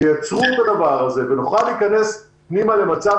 תייצרו את הדבר הזה ונוכל להיכנס פנימה למצב